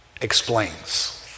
explains